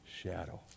shadow